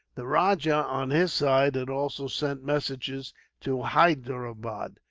the rajah, on his side, had also sent messengers to hyderabad,